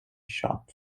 short